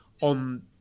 on